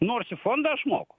nors į fondą aš moku